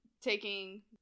taking